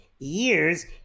years